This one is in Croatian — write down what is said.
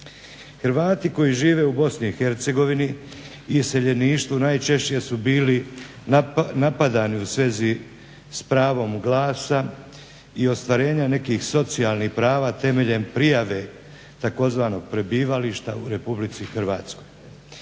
Hrvati koji žive u BiH i iseljeništvu najčešće su bili napadani u svezi s pravom glasa i ostvarenjem nekih socijalnih prava temeljem prijave tzv. prebivališta u RH.